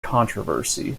controversy